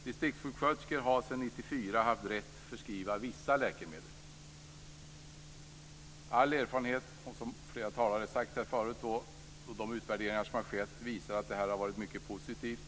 Distriktssjuksköterskor har sedan år 1994 haft rätt att förskriva vissa läkemedel. Som flera talare har sagt här förut talar all erfarenhet och de utvärderingar som skett för att det har varit mycket positivt.